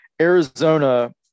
Arizona